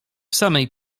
samej